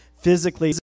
physically